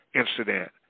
incident